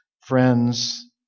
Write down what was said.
friends